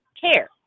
care